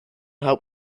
help